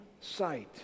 sight